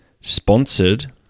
sponsored